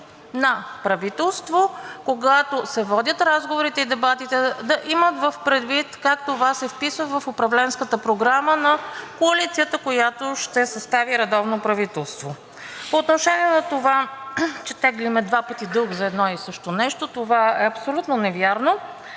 на правителство, когато се водят разговорите и дебатите, да имат предвид как това се вписва в управленската програма на коалицията, която ще състави редовно правителство. По отношение на това, че теглим два пъти дълг за едно и също нещо – това е абсолютно невярно.